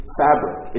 fabric